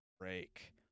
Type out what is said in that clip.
break